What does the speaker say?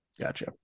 Gotcha